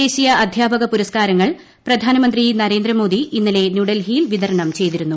ദേശീയ അധ്യാപക പുരസ്കാരങ്ങൾ പ്രധാനമന്ത്രി നരേന്ദ്രമോദി ഇന്നലെ ന്യൂഡൽഹിയിൽ വിതരണം ചെയ്തിരുന്നു